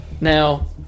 Now